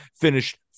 finished